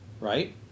right